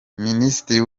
minisitiri